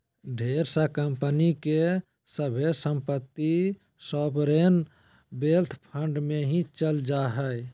ढेर सा कम्पनी के सभे सम्पत्ति सॉवरेन वेल्थ फंड मे ही चल जा हय